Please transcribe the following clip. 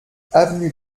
avenue